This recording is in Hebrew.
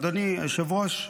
אדוני היושב-ראש,